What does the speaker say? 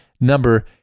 number